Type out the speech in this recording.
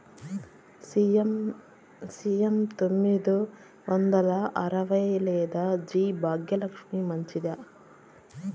CM తొమ్మిది వందల అరవై లేదా జి భాగ్యలక్ష్మి మంచిదా?